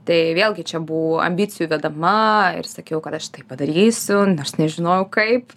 tai vėlgi čia buvo ambicijų vedama ir sakiau kad aš tai padarysiu nors nežinojau kaip